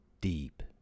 deep